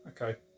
Okay